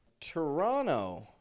Toronto